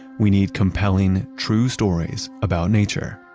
we need compelling true stories about nature,